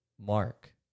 Mark